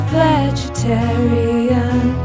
vegetarian